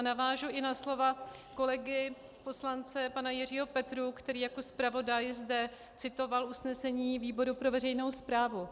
Navážu i na slova kolegy poslance pana Jiřího Petrů, který jako zpravodaj zde citoval usnesení výboru pro veřejnou správu.